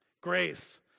Grace